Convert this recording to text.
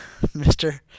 Mr